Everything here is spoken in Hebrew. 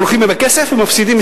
הולכים עם הכסף ומפסידים,